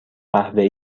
قهوه